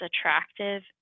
attractive